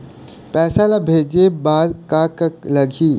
पैसा ला भेजे बार का का लगही?